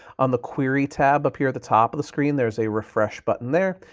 on the query tab up here at the top of the screen, there's a refresh button there,